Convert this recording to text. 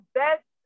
best